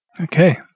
Okay